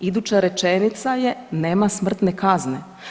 Iduća rečenica je nema smrtne kazne.